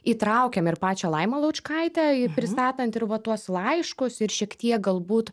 įtraukėm ir pačią laimą laučkaitę pristatant ir va tuos laiškus ir šiek tiek galbūt